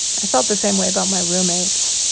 i felt the same way about my roommates,